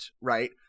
right